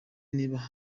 niba